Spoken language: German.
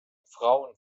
frauen